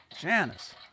Janice